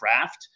craft